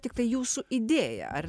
tiktai jūsų idėja ar